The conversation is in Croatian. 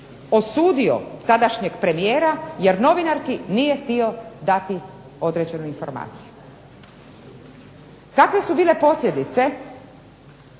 osudio tadašnjeg premijera, jer novinarki nije htio dati određenu informaciju. Kakve su bile posljedice